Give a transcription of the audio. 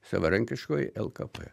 savarankiškoji lkp